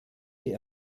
die